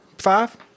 five